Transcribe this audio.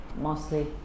mostly